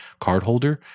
cardholder